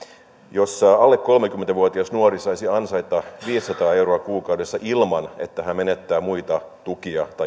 jossa alle kolmekymmentä vuotias nuori saisi ansaita viisisataa euroa kuukaudessa ilman että hän menettää muita tukia